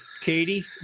Katie